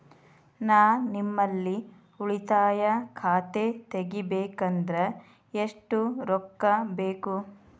ನಾ ನಿಮ್ಮಲ್ಲಿ ಉಳಿತಾಯ ಖಾತೆ ತೆಗಿಬೇಕಂದ್ರ ಎಷ್ಟು ರೊಕ್ಕ ಬೇಕು?